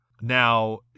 now